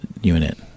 unit